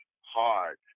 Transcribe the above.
hard